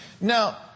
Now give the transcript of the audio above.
Now